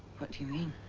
what do you mean?